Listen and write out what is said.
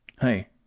Hey